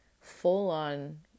full-on